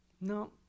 No